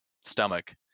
stomach